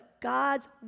God's